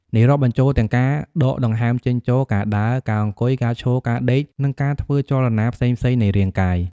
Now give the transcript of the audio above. នេះរាប់បញ្ចូលទាំងការដកដង្ហើមចេញចូល ការដើរ ការអង្គុយ ការឈរ ការដេក និងការធ្វើចលនាផ្សេងៗនៃរាងកាយ។